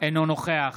אינו נוכח